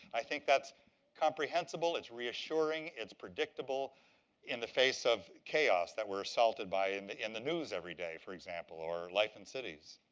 i think that's comprehensible. it's reassuring. it's predictable in the face of chaos that we're assaulted by in in the news everyday, for example, or life in cities.